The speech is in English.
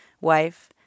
wife